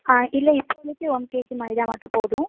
ஆ இல்லை இப்போதைக்கி one KG மைதா மட்டும் போதும்